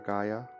Gaia